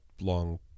long